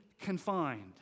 confined